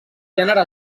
gènere